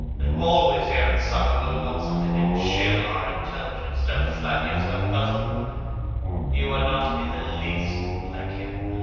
and always here in summer when we want something to chill our intelligence. don't flatter yourself, basil you are not in the least like him.